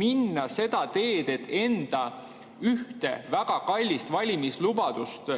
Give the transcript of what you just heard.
minna seda teed, et enda ühte väga kallist valimislubadust